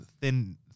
thin